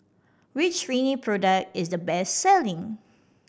which Rene product is the best selling